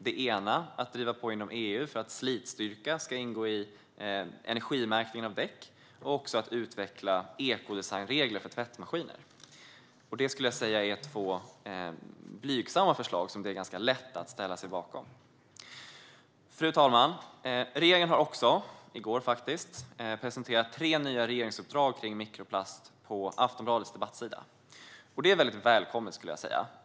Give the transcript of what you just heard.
Det ena är att man ska driva på inom EU för att slitstyrka ska ingå i energimärkningen av däck. Det andra är att man ska utveckla ekodesignregler för tvättmaskiner. Det är två blygsamma förslag som det är ganska lätt att ställa sig bakom. Fru talman! Regeringen har också - i går faktiskt - presenterat tre nya regeringsuppdrag om mikroplast på Aftonbladets debattsida. Det är mycket välkommet.